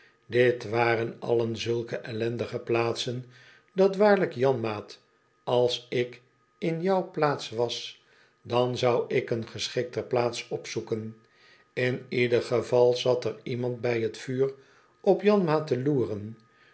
dit waren allen zulke ellendige plaatsen dat waarlijk janmaat als ik in jou plaats was dan zou ik een geschikter plaats opzoeken in ioderen val zat er iemand bij t vuur op janmaat te loeren